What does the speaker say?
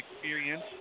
experience